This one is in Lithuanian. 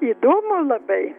įdomu labai